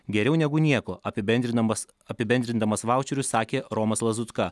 geriau negu nieko apibendrindamas apibendrindamas vaučerius sakė romas lazutka